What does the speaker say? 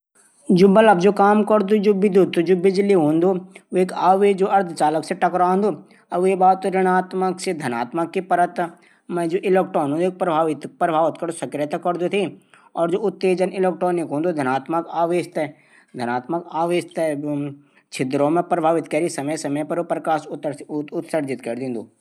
कम्प्यूटर मुख्य संघटक मा सीपीयू। जू डेटा थै प्रोसेस करदू। और वेथे दिशा निर्देश दिंदू। मैमोरी स्टोरेज जू रैम कम्प्यूटर थै डेटा अस्थायी रूप से स्टोर कन मा मदद करदू। हार्ड ड्राइव कम्प्यूटर थै डेटा थै स्थाई रूप से स्टोर कर दू। पावर सप्लाई जू बिजली थै पहुचांदू। आदि